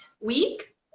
week